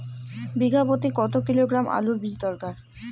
বিঘা প্রতি কত কিলোগ্রাম আলুর বীজ দরকার?